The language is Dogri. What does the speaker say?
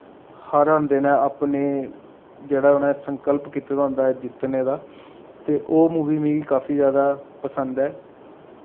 र्हांदे न अपने जेह्ड़ा उ'नें संकल्प कीते दा होंदा ऐ जित्तने दा ते ओह् मूवी मिगी काफी जैदा पसंद ऐ